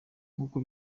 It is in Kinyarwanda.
nk’uko